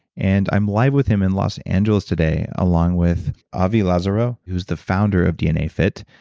and i'm live with him in los angeles today along with avi lasarow. who's the founder of dnafit.